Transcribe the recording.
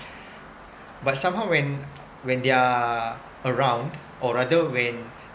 but somehow when when they're around or rather when